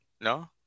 No